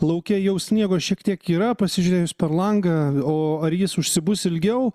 lauke jau sniego šiek tiek yra pasižiūrėjus per langą o ar jis užsibus ilgiau